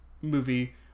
movie